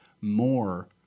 more